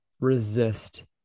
resist